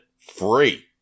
free